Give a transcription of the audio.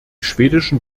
schwedischen